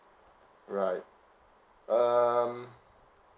right um